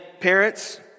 parents